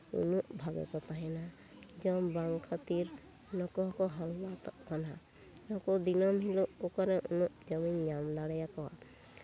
ᱩᱱᱟᱹᱜ ᱵᱷᱟᱜᱮ ᱠᱚ ᱛᱟᱦᱮᱱᱟ ᱡᱚᱢ ᱵᱟᱝ ᱠᱷᱟᱹᱛᱤᱨ ᱱᱩᱠᱩ ᱦᱚᱸᱠᱚ ᱦᱟᱞᱞᱟᱛᱚᱜ ᱠᱟᱱᱟ ᱱᱩᱠᱩ ᱫᱤᱱᱟᱹᱢ ᱦᱤᱞᱳᱜ ᱚᱠᱟᱨᱮ ᱩᱱᱟᱹᱜ ᱡᱚᱢᱤᱧ ᱧᱟᱢ ᱫᱟᱲᱮᱭᱟᱠᱚᱣᱟ